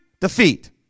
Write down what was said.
defeat